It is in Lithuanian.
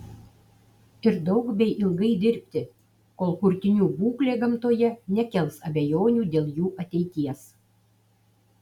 ir daug bei ilgai dirbti kol kurtinių būklė gamtoje nekels abejonių dėl jų ateities